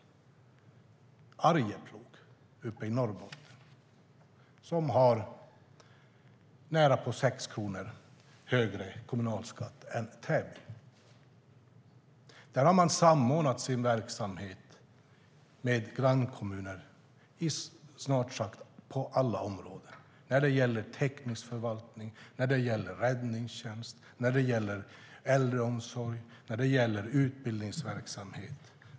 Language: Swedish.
Det är Arjeplog uppe i Norrbotten som har närapå 6 kronor högre kommunalskatt än Täby. Där har man samordnat sin verksamhet med grannkommuner på snart sagt alla områden när det gäller teknisk förvaltning, räddningstjänst, äldreomsorg och utbildningsverksamhet.